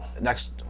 Next